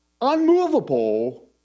unmovable